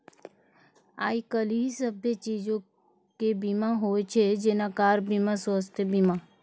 आइ काल्हि सभ्भे चीजो के बीमा होय छै जेना कार बीमा, स्वास्थ्य बीमा